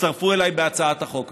הצטרפו אליי בהצעת החוק הזאת.